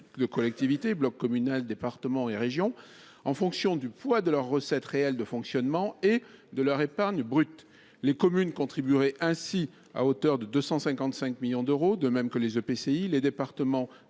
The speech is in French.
de collectivité – bloc communal, département et région –, en fonction du poids des recettes réelles de fonctionnement et de l’épargne brute. Les communes contribueraient ainsi à hauteur de 255 millions d’euros, de même que les EPCI ; les départements,